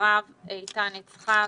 ואחריו איתן יצחק.